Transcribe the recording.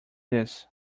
this